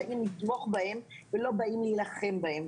באים לתמוך בהם ולא להילחם בהם,